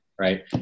Right